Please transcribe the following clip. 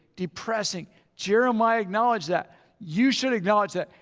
depressing. jeremiah acknowledged that. you should acknowledge that.